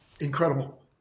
incredible